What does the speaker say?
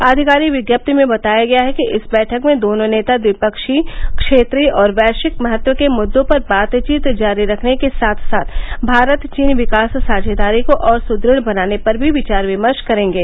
आधिकारिक विज्ञप्ति में बताया गया है कि इस बैठक में दोनों नेता द्विपक्षीय क्षेत्रीय और वैश्विक महत्व के मुद्दों पर बातचीत जारी रखने के साथ साथ भारत चीन विकास साझेदारी को और सुदृढ़ बनाने पर भी विचार विमर्श करेंगे